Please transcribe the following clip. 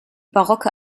barocke